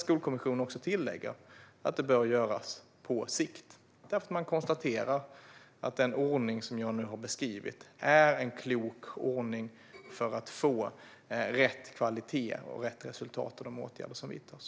Skolkommissionen tillägger dock att detta bör göras på sikt, eftersom man konstaterar att den ordning som jag nu har beskrivit är en klok ordning för att få rätt kvalitet och rätt resultat av de åtgärder som vidtas.